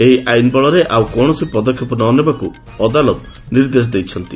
ଏହି ଆଇନ୍ ବଳରେ ଆଉ କୌଣସି ପଦକ୍ଷେପ ନନେବାକୁ ଅଦାଲତ ନିର୍ଦ୍ଦେଶ କହିଛନ୍ତି